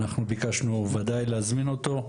אנחנו ביקשנו וודאי להזמין אותו.